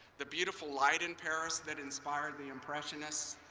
the beautiful light in paris that inspired the impressionists,